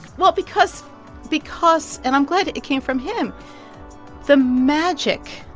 well, because because and i'm glad it came from him the magic.